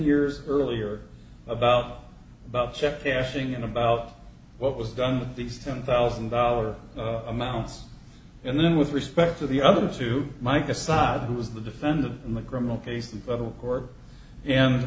years earlier about about check cashing in about what was done to these ten thousand dollar amounts and then with respect to the other two might decide who was the defendant in the criminal case in federal court and